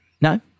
No